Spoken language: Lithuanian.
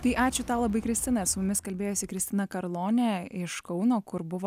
tai ačiū tau labai kristina su mumis kalbėjosi kristina karlonė iš kauno kur buvo